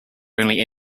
only